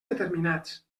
determinats